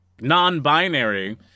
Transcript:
Non-binary